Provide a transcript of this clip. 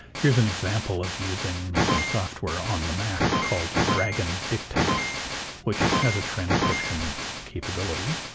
here's an example of using some software on the mac called dragon dictate which has a transcription capability.